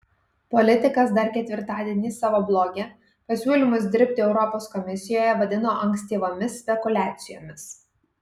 politikas dar ketvirtadienį savo bloge pasiūlymus dirbti europos komisijoje vadino ankstyvomis spekuliacijomis